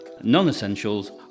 non-essentials